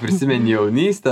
prisimeni jaunystę